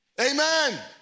Amen